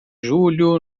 julho